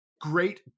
great